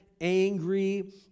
angry